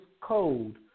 code